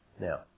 Now